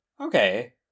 Okay